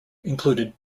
included